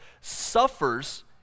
suffers